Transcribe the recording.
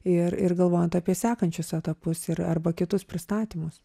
ir ir galvojant apie sekančius etapus ir arba kitus pristatymus